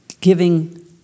giving